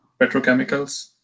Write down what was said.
Petrochemicals